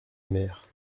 mer